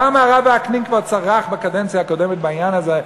כמה הרב וקנין צרח פה בקדנציה הקודמת בעניין הזה?